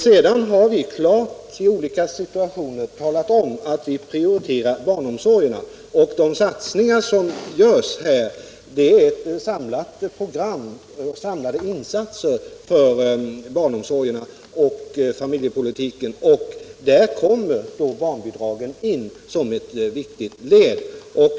Sedan har vi i olika situationer klart talat om att vi prioriterar barnomsorgen. De satsningar som görs här är ett samlat program för insatser för barnomsorgerna och familjepolitiken, och där kommer barnbidragen in som ett viktigt led.